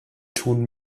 tun